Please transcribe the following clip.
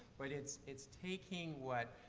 but it's, it's taking what,